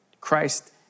Christ